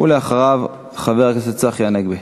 אחריו, חבר הכנסת צחי הנגבי.